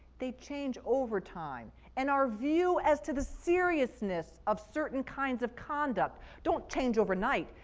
they change over time, and our view as to the seriousness of certain kinds of conduct don't change overnight,